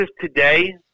today